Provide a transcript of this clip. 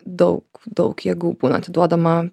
daug daug jėgų būna atiduodama